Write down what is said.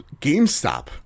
GameStop